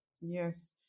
Yes